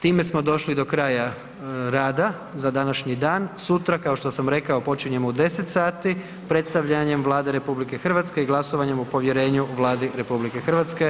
Time smo došli do kraja rada za današnji dan, sutra kao što sam rekao, počinjemo u 10 sati predstavljanjem Vlade RH i glasovanje o povjerenju Vladi RH.